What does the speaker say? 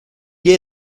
you